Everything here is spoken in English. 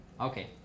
Okay